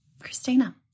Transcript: Christina